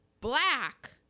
black